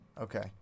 Okay